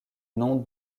nom